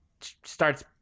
starts